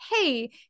hey